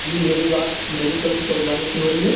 جی میری بات medical shop والے سے ہو رہی ہے